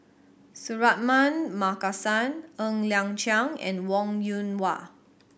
Suratman Markasan Ng Liang Chiang and Wong Yoon Wah